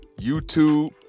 YouTube